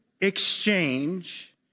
exchange